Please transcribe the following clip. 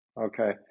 Okay